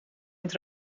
het